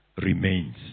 remains